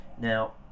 Now